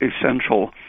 essential